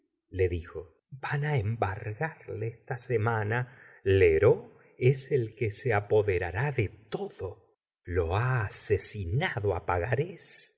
le dijo van embargarle esta semana lheureux es el que se apoderará de todo lo ha asesinado a